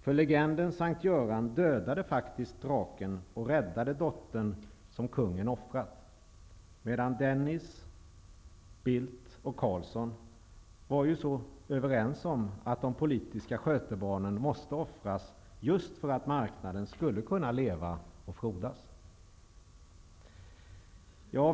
För legendens S:t Göran dödade faktiskt draken och räddade dottern som kungen offrat, medan Dennis, Bildt och Carlsson ju var överens om att de politiska skötebarnen måste offras just för att marknaden skulle kunna leva och frodas.